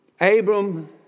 Abram